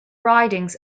ridings